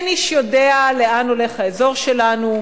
אין איש יודע לאן הולך האזור שלנו,